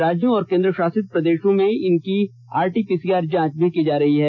राज्यों और केन्द्रशासित प्रदेशों में इनकी आरटी पीसीआर जांच की जा रही है